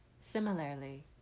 Similarly